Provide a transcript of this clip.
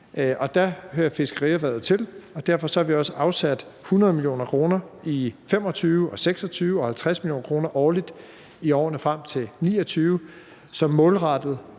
Der hører fiskerierhvervet til, og derfor har vi også afsat 100 mio. kr. i 2025 og 2026 og 50 mio. kr. årligt i årene frem til 2029, som er målrettet